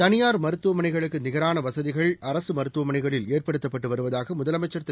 தனியார் மருத்துவமனைகளுக்கு நிகரான வசதிகள் அரசு மருத்துவமனைகளில் ஏற்படுத்தப்பட்டு வருவதாக முதலமைச்சர் திரு